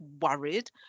worried